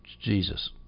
Jesus